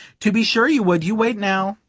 to be sure you would! you wait now.